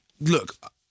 look